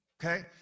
Okay